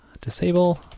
disable